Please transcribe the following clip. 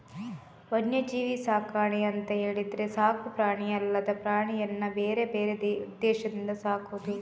ವನ್ಯಜೀವಿ ಸಾಕಣೆ ಅಂತ ಹೇಳಿದ್ರೆ ಸಾಕು ಪ್ರಾಣಿ ಅಲ್ಲದ ಪ್ರಾಣಿಯನ್ನ ಬೇರೆ ಬೇರೆ ಉದ್ದೇಶದಿಂದ ಸಾಕುದು